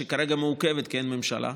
שכרגע מעוכבות כי אין ממשלה,